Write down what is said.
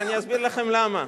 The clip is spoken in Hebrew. ואני אסביר לכם למה.